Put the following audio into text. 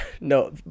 no